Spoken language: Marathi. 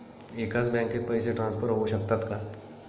एकाच बँकेत पैसे ट्रान्सफर होऊ शकतात का?